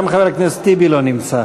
גם חבר הכנסת טיבי לא נמצא.